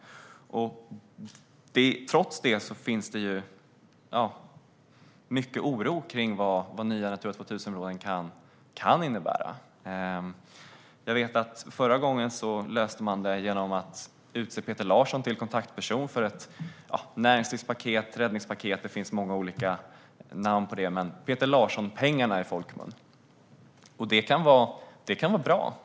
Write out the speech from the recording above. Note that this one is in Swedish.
Trots detta finns det mycket oro kring vad nya Natura 2000-områden kan innebära. Jag vet att man förra gången löste det genom att utse Peter Larsson till kontaktperson för ett näringslivspaket eller räddningspaket - det finns många olika namn på det. I folkmun kallas de Peter Larsson-pengar. Det kan vara bra.